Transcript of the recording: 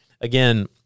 again